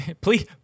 Please